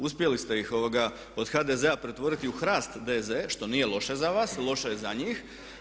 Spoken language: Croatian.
Uspjeli ste ih od HDZ-a pretvoriti u HRAST DZ što nije loše za vas, loše je za njih.